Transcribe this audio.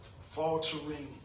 faltering